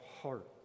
heart